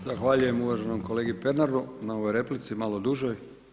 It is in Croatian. Zahvaljujem uvaženom kolegi Pernaru na ovoj replici malo dužoj.